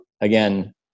again